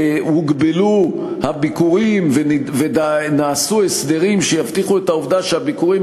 הוגבלו הביקורים ונעשו הסדרים שיבטיחו שהביקורים